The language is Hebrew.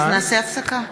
אז נעשה הפסקה.